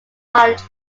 college